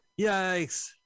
yikes